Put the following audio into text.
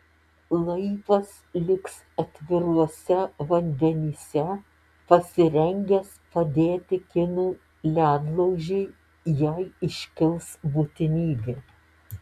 laivas liks atviruose vandenyse pasirengęs padėti kinų ledlaužiui jei iškils būtinybė